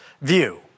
view